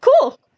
cool